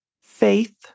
Faith